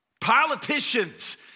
politicians